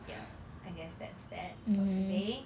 ya I guess that's that for today